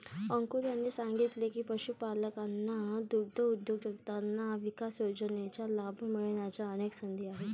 अंकुर यांनी सांगितले की, पशुपालकांना दुग्धउद्योजकता विकास योजनेचा लाभ मिळण्याच्या अनेक संधी आहेत